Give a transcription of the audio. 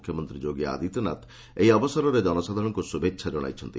ମୁଖ୍ୟମନ୍ତ୍ରୀ ଯୋଗୀ ଆଦିତ୍ୟନାଥ ଏହି ଅବସରରେ ଜନସାଧାରଣଙ୍କୁ ଶୁଭେଚ୍ଛା ଜଣାଇଛନ୍ତି